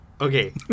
Okay